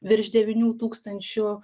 virš devynių tūkstančių